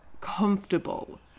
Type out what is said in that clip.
comfortable